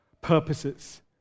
purposes